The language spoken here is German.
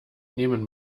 nehmen